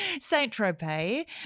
Saint-Tropez